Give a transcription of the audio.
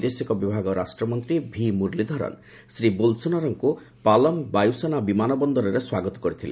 ବୈଦେଶିକ ବିଭାଗ ରାଷ୍ଟ୍ରମନ୍ତ୍ରୀ ଭି ମୁରଲୀଧରନ୍ ଶ୍ରୀ ବୋଲ୍ସୋନାରୋଙ୍କୁ ପାଲମ୍ ବାୟୁସେନା ବିମାନ ବନ୍ଦରରେ ସ୍ୱାଗତ କରିଥିଲେ